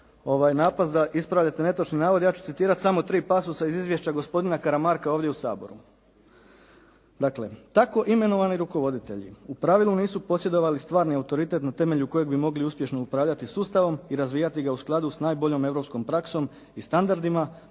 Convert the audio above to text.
napast da ispravljate netočni navod ja ću citirati samo tri pasosa iz izvješća gospodina Karamarka ovdje u Saboru. Dakle, tako imenovani rukovoditelji u pravilu nisu posjedovali stvarni autoritet na temelju kojeg bi mogli uspješno upravljati sustavom i razvijati ga u skladu sa najboljom europskom praksom i standardima